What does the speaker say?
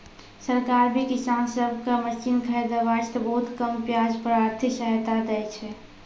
सरकार भी किसान सब कॅ मशीन खरीदै वास्तॅ बहुत कम ब्याज पर आर्थिक सहायता दै छै